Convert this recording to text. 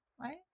right